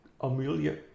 Amelia